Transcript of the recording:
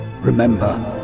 Remember